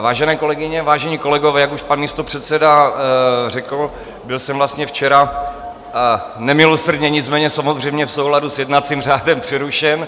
Vážené kolegyně, vážení kolegové, jak už pan místopředseda řekl, byl jsem vlastně včera nemilosrdně, nicméně samozřejmě v souladu s jednacím řádem přerušen.